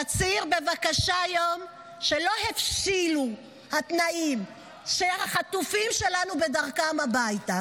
תצהיר בבקשה היום לא שהבשילו התנאים שהחטופים שלנו בדרכם הביתה.